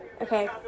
Okay